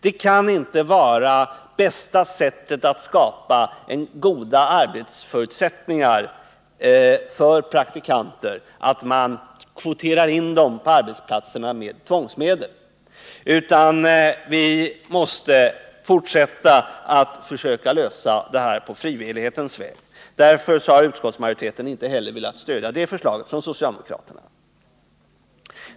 Att kvotera in praktikanterna på arbetsplatser genom tvångsmedel kan inte vara det bästa sättet att skapa goda arbetsförutsättningar för dem. I stället måste vi fortsätta arbetet med att försöka lösa frågan på frivillighetens väg. Därför har utskottsmajoriteten inte heller velat stödja det förslaget från socialdemokraterna.